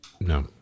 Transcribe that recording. no